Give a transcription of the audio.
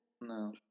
No